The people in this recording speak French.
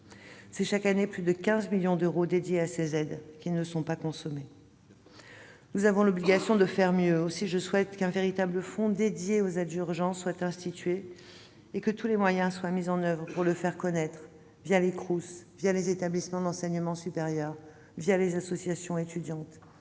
année, ce sont plus de 15 millions d'euros d'aides qui ne sont pas consommés. Nous avons l'obligation de faire mieux. Aussi, je souhaite qu'un véritable fonds consacré aux aides d'urgence soit instauré et que tous les moyens soient mis en oeuvre pour le faire connaître, les Crous, les établissements d'enseignement supérieur et les associations étudiantes.